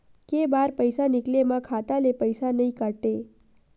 के बार पईसा निकले मा खाता ले पईसा नई काटे?